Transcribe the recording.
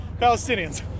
Palestinians